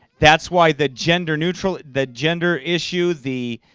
that's why the gender neutral the gender issue the